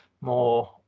more